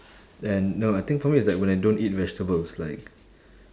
and no I think probably it's like when I don't eat vegetables like